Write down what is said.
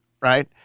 right